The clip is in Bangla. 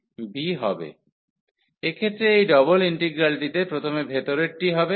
∬DfxydAabv1v2fxydydx এক্ষেত্রে এই ডাবল ইন্টিগ্রালটিতে প্রথমে ভেতরেরটি হবে